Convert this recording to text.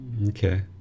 Okay